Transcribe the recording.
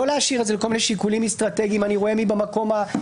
לא להשאיר את זה לכל מיני שיקולים אסטרטגיים אני רואה מי במקום השביעי,